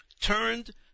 turned